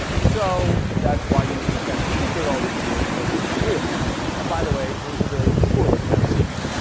so that's why you kept a secret all these years let's keep it real and by the way it was a very poorly kept secret